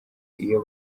iyo